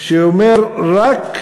שאומר שרק